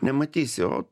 nematysi o